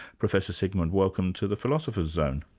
professor sigmund, welcome to the philosopher's zone.